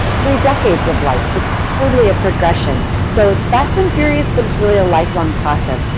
three decades of life. it's totally a progression so it's fast and furious, but it's really a lifelong process.